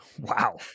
Wow